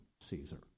Caesar